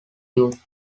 youth